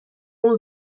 اون